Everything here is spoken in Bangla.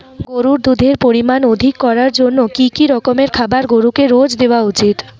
গরুর দুধের পরিমান অধিক করার জন্য কি কি রকমের খাবার গরুকে রোজ দেওয়া উচিৎ?